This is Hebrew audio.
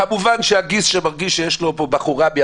כמובן שהגיס, הוא מרגיש שהוא צריך להגן על הבחורה,